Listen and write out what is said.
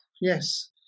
yes